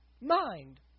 mind